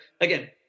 again